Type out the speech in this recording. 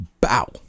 Bow